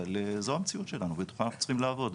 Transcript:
אבל זו המציאות שלנו ובתוכה אנחנו צריכים לעבוד,